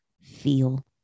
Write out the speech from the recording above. feel